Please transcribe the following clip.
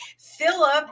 Philip